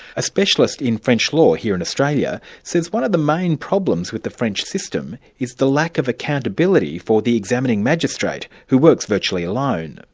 a specialist in french law here in australia says one of the main problems with the french system is the lack of accountability for the examining magistrate, who works virtually alone.